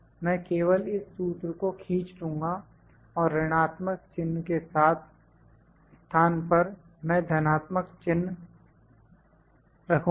मैं केवल इस सूत्र को खींच लूँगा और ऋणआत्मक चिन्ह के स्थान पर मैं धनात्मक चिन्ह रखूंगा